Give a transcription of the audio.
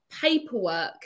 paperwork